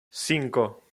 cinco